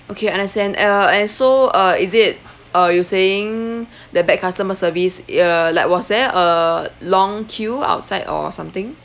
okay understand uh and so uh is it uh you saying that bad customer service uh like was there a long queue outside or something